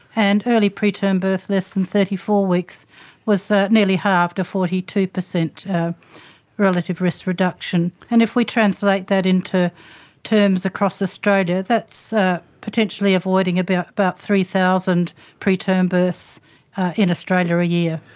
and early preterm birth less than thirty four weeks was nearly halved to forty two percent relative risk reduction. and if we translate that into terms across australia, that's ah potentially avoiding about about three thousand preterm births in australia a year.